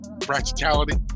practicality